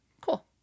Cool